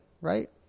right